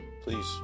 please